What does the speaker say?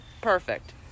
perfect